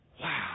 Wow